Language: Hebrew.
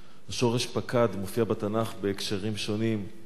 השורש פק"ד מופיע בתנ"ך בהקשרים שונים.